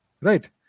Right